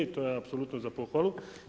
To je apsolutno za pohvalu.